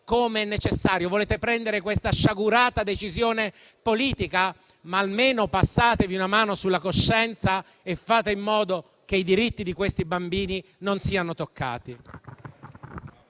come necessario. Volete prendere questa sciagurata decisione politica? Almeno passatevi una mano sulla coscienza e fate in modo che i diritti di questi bambini non siano toccati.